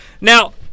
Now